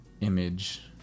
image